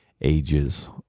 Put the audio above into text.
ages